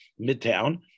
Midtown